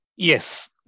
Yes